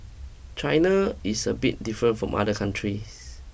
China is a bit different from other countries